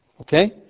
Okay